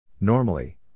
Normally